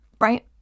Right